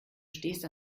stehst